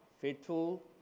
faithful